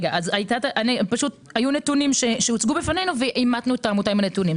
היו נתונים שהוצגו בפנינו ואימתנו את העמותה עם הנתונים.